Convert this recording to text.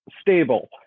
stable